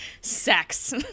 Sex